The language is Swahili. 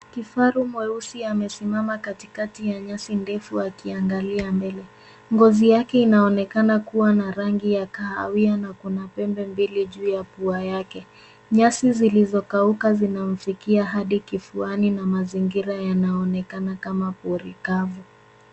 Kifaru mweusi amesimama katikati ya nyasi ndefu akiangalia mbele. Ngozi yake inaonekana kua na rangi ya kahawia na kuna pembe mbili juu ya pua yake. Nyasi zilizokauka zinamfikia hadi kifuani na mazingira yanaonekana kama pori kavu.